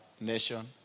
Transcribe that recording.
nation